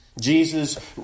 Jesus